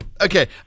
Okay